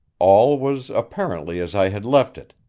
all was apparently as i had left it,